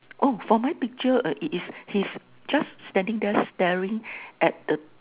oh from my picture it is he just standing there staring at the